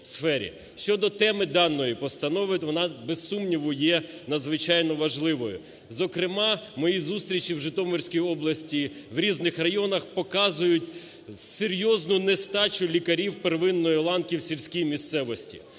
Щодо теми даної постанови, то вона, без сумніву, є надзвичайно важливою. Зокрема, мої зустрічі в Житомирській області в різних районах показують серйозну нестачу лікарів первинної ланки в сільській місцевості: